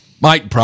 Mike